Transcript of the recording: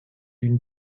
l’une